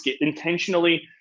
intentionally